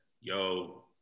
Yo